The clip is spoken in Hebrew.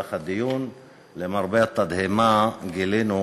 שבמהלך הדיון למרבה התדהמה גילינו